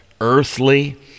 earthly